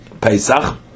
Pesach